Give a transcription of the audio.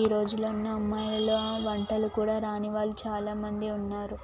ఈ రోజులలో అమ్మాయిలలో వంటలు కూడా రాని వాళ్ళు చాలా మంది ఉన్నారు